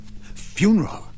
Funeral